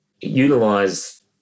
utilize